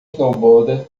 snowboarder